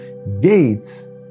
Gates